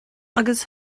agus